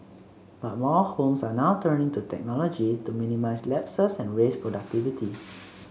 but more homes are now turning to technology to minimise lapses and raise productivity